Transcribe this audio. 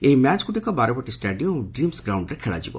ଏହି ମ୍ୟାଚ୍ଗୁଡ଼ିକ ବାରବାଟୀ ଷ୍ଟାଡିୟମ୍ ଓ ଡ୍ରିମ୍ବ ଗ୍ରାଉଣରେ ଖେଳାଯିବ